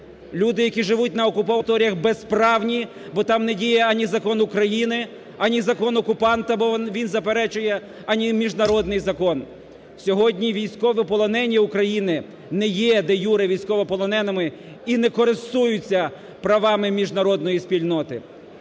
Люди, які живуть на окупованих територіях, безправні, бо там не діє ані закон України, ані закон окупанта, бо він заперечує, ані міжнародний закон. Сьогодні військові полонені України не є де-юре військовополоненими і не користуються правами міжнародної спільноти.